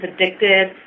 addicted